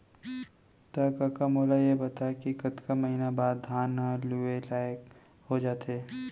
त कका मोला ये बता कि कतका महिना बाद धान ह लुए लाइक हो जाथे?